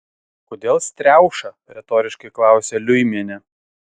kodėl striauša retoriškai klausė liuimienė